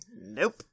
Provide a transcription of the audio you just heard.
Nope